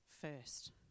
first